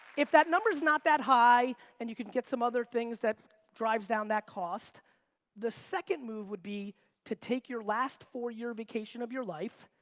if that number's not that high and you can get some other things that drives down that cost the second move would be to take your last four year vacation of your life.